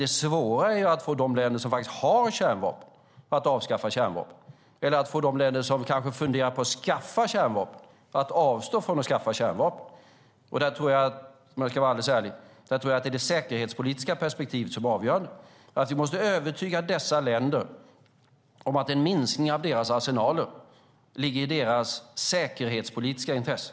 Det svåra är att få de länder som har kärnvapen att avskaffa kärnvapen eller att få de länder som kanske funderar på att skaffa kärnvapen att avstå från att skaffa kärnvapen. Om jag ska vara alldeles ärlig tror jag att det är det säkerhetspolitiska perspektivet som är avgörande och att vi måste övertyga dessa länder om att en minskning av deras arsenaler ligger i deras säkerhetspolitiska intresse.